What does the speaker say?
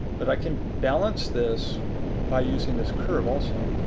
but i can balance this by using this curve also.